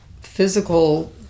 physical